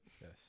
Yes